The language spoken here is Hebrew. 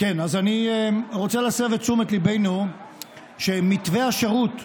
אז אני רוצה להסב את תשומת ליבנו שמתווה השירות,